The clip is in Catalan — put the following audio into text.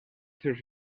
seus